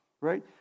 Right